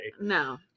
No